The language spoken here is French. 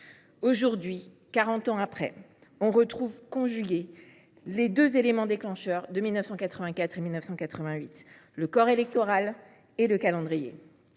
Aujourd’hui, quarante après, on retrouve conjugués les deux éléments déclencheurs de 1984 et 1988 : le corps électoral et le calendrier.